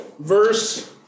verse